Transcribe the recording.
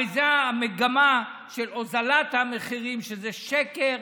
הרי זו המגמה של הורדת המחירים, שזה שקר.